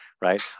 right